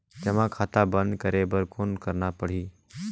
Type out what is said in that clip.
जमा खाता बंद करे बर कौन करना पड़ही?